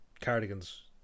cardigans